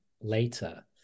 later